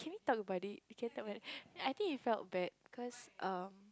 can we talk about it can felt that I think he felt bad cause err